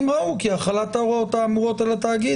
אם ראו כי החלת ההוראות האמורות על התאגיד